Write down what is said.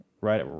Right